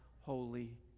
holy